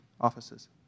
offices